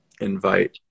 invite